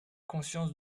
conscience